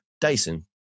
Dyson